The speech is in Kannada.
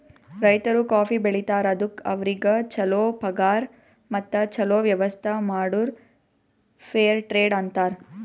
ರೈತರು ಕಾಫಿ ಬೆಳಿತಾರ್ ಅದುಕ್ ಅವ್ರಿಗ ಛಲೋ ಪಗಾರ್ ಮತ್ತ ಛಲೋ ವ್ಯವಸ್ಥ ಮಾಡುರ್ ಫೇರ್ ಟ್ರೇಡ್ ಅಂತಾರ್